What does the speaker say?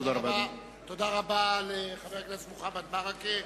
תודה רבה לחבר הכנסת מוחמד ברכה.